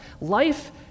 Life